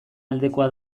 aldekoa